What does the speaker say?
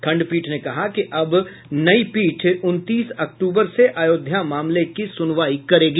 खंडपीठ ने कहा कि अब नई पीठ उनतीस अक्टूबर से अयोध्या मामले की सुनवाई करेगी